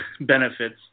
benefits